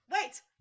Wait